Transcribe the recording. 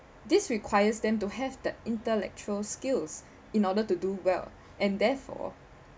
this requires them to have the intellectual skills in order to do well and therefore